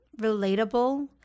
relatable